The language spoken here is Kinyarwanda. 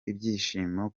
ibyishimo